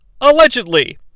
allegedly